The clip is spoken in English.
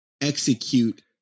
execute